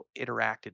interacted